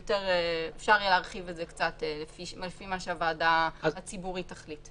שאפשר יהיה להרחיב את זה קצת לפי מה שהוועדה הציבורית תחליט.